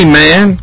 man